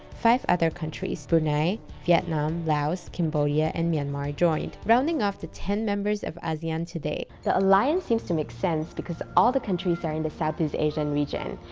five other countries, brunei, vietnam, laos, cambodia and myanmar joined, rounding off the ten members of asean today. the alliance seems to make sense because all the countries are in the southeast asian region.